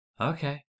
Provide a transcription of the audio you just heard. Okay